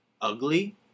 ugly